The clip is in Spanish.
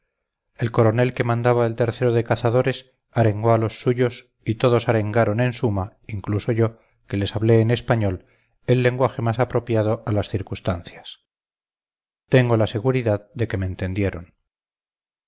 el coronel que mandaba el o de cazadores arengó a los suyos y todos arengaron en suma incluso yo que les hablé en español el lenguaje más apropiado a las circunstancias tengo la seguridad de que me entendieron